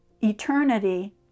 eternity